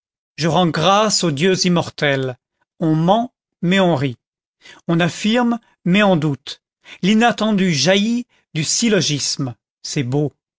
j'en rends grâces aux dieux immortels on ment mais on rit on affirme mais on doute l'inattendu jaillit du syllogisme c'est beau